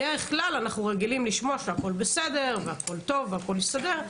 בדרך כלל אנחנו רגילים לשמוע שהכול בסדר והכול טוב והכול הסתדר,